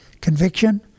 Conviction